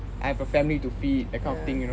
I have a family to feed that kind of thing you know